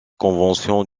conventions